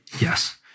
Yes